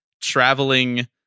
traveling